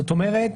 זאת אומרת,